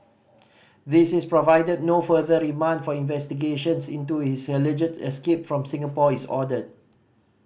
this is provided no further remand for investigations into his alleged escape from Singapore is ordered